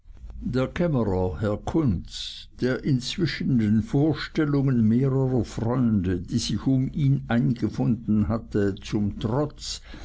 der kämmerer herr kunz der inzwischen den vorstellungen mehrerer freunde die sich um ihn eingefunden hatten zum trotz